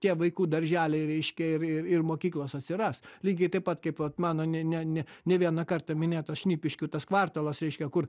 tie vaikų darželiai reiškia ir ir mokyklos atsiras lygiai taip pat kaip vat mano ne ne ne ne vieną kartą minėtas šnipiškių tas kvartalas reiškia kur